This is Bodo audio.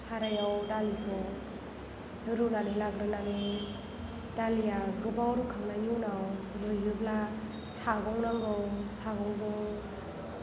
सारायाव दालिखौ रुनानै लाग्रोनानै दालिआ गोबाव रुखांनायनि उनाव रुयोब्ला सागं नांगौ सागंजों